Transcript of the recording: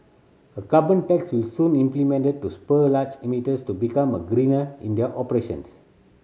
a carbon tax will soon implemented to spur large emitters to become a greener in their operations